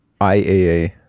IAA